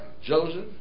Joseph